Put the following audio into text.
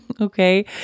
okay